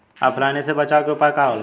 ऑफलाइनसे बचाव के उपाय का होला?